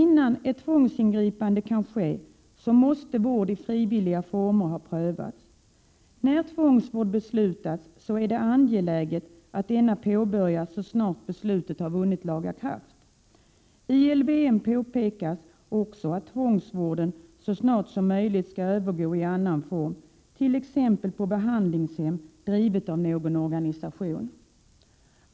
Innan ett tvångsingripande kan ske skall dock vård i frivilliga former ha prövats. När beslut om tvångsvård fattas är det angeläget att vården påbörjas så snart beslutet vunnit laga kraft. I LVM påpekas också att tvångsvården så snart som möjligt skall övergå till annan form, t.ex. till vård på behandlingshem, kanske drivet av någon organisation.